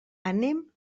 anem